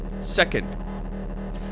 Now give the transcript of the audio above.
Second